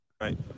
right